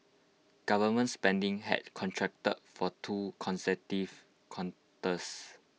government spending had contracted for two consecutive quarters